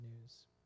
news